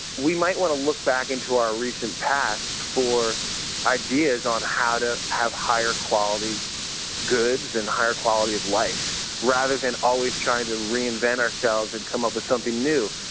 we might want to look back into our recent past for ideas on how to have higher quality goods and higher quality of life rather than always trying to reinvent ourselves and come up with something new.